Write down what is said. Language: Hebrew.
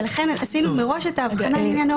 לכן עשינו מראש את ההבחנה לעניין ה-